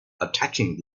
attacking